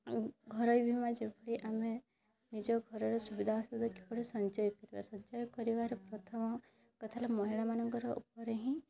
ଘରୋଇ ବୀମା ଯେପରି ଆମେ ନିଜ ଘରର ସୁବିଧା ଅସୁବିଧା କିଭଳି ସଞ୍ଚୟ କରିବା ସଞ୍ଚୟ କରିବାର ପ୍ରଥମ କଥା ହେଲା ମହିଳା ମାନଙ୍କର ଉପରେ ହିଁ